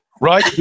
Right